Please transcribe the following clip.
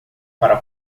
para